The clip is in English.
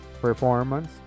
performance